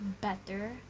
better